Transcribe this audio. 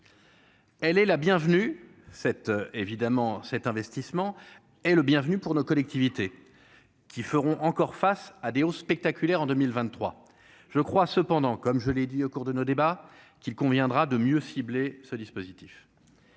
Elle est la bienvenue, cette évidemment, cet investissement est le bienvenu pour nos collectivités qui feront encore face à des hausses spectaculaires en 2023 je crois cependant, comme je l'ai dit, au cours de nos débats qu'il conviendra de mieux cibler ce dispositif